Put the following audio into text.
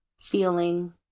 feeling